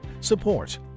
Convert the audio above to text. Support